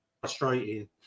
frustrating